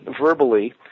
verbally